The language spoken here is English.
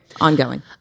ongoing